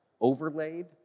overlaid